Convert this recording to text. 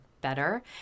better